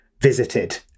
visited